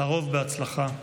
לרוב בהצלחה,